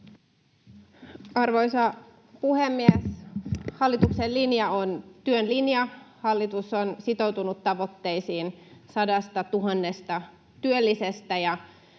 Arvoisa puhemies! Hallituksen linja on työn linja. Hallitus on sitoutunut tavoitteisiin 100 000:sta työllisestä